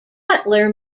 cutler